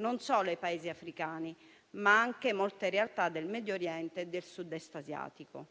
non solo dai Paesi africani, ma anche da molte realtà del Medio Oriente e del Sud-Est asiatico.